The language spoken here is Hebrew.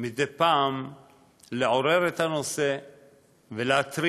מדי פעם לעורר את הנושא ולהתריע,